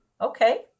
Okay